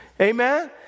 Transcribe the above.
Amen